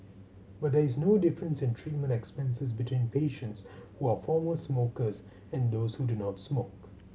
but there is no difference in treatment expenses between patients who are former smokers and those who do not smoke